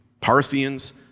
Parthians